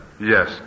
Yes